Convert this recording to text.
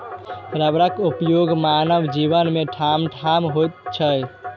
रबरक उपयोग मानव जीवन मे ठामठाम होइत छै